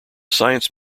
science